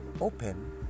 open